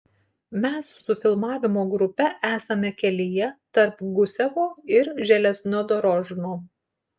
mes su filmavimo grupe esame kelyje tarp gusevo ir železnodorožno